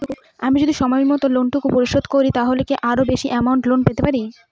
আমি যদি সময় মত লোন টুকু পরিশোধ করি তাহলে কি আরো বেশি আমৌন্ট লোন পেতে পাড়ি?